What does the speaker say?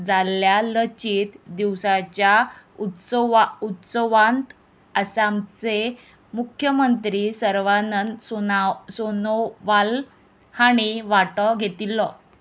जाल्ल्या लचीत दिवसाच्या उत्सवा उत्सवांत आसामचे मुख्यमंत्री सर्वानंद सुनाव सुनावाल हाणीं वांटो घेतिल्लो